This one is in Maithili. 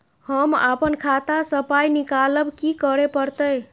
हम आपन खाता स पाय निकालब की करे परतै?